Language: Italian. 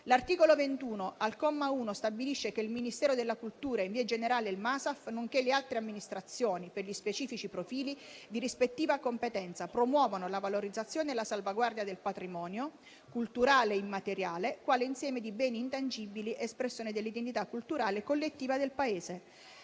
L'articolo 21, al comma 1, stabilisce che il Ministero della cultura, in via generale, e il MASAF, nonché le altre amministrazioni, per gli specifici profili di rispettiva competenza, promuovono la valorizzazione e la salvaguardia del patrimonio culturale immateriale quale insieme di beni intangibili espressione dell'identità culturale collettiva del Paese.